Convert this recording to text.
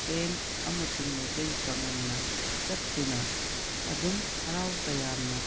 ꯇꯤꯌꯥꯟ ꯑꯃꯁꯨꯡ ꯃꯩꯇꯩ ꯄꯥꯡꯒꯜꯅ ꯆꯠꯇꯨꯅ ꯑꯗꯨꯝ ꯍꯔꯥꯎ ꯇꯌꯥꯝꯅ